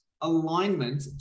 alignment